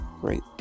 great